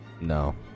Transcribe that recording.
no